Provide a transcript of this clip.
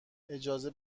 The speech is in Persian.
اجازه